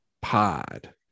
pod